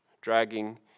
dragging